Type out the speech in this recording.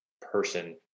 person